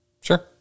Sure